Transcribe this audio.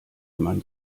man